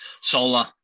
solar